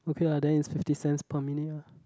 okay lah then it's fifty cents for minute ah